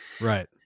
right